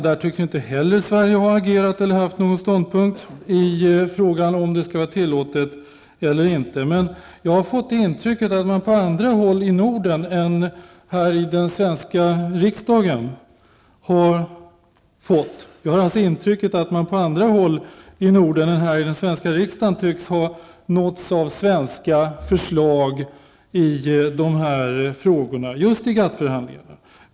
Inte heller där tycks Sverige ha agerat eller anlagt någon ståndpunkt i frågan om huruvida det skall vara tillåtet eller inte att göra på nämnda sätt! Jag har ett intryck av att man på andra håll i Norden, alltså inte här i Sveriges riksdag, har nåtts av svenska förslag i de här frågorna just när det gäller GATT-förhandlingarna.